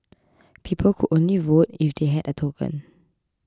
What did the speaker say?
people could only vote if they had a token